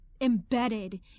embedded